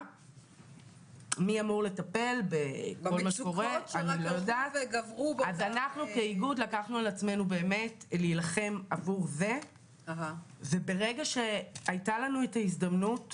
והשעה היא 9:10. אנחנו מתנצלים על העיכוב הקל שהיה לנו בפתיחת